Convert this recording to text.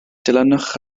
dilynwch